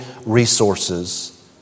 resources